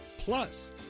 Plus